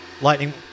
Lightning